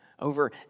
Over